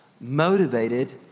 motivated